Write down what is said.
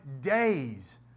days